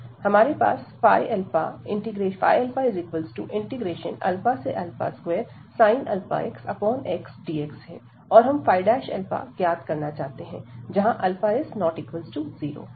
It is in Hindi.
हमारे पास 2sin αx xdx है और हम ϕ ज्ञात करना चाहते हैं जहां α≠0